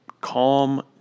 calm